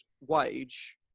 wage